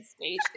stage